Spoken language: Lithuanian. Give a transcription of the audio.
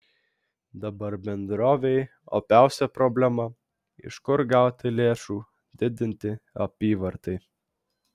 dabar bendrovei opiausia problema iš kur gauti lėšų didinti apyvartai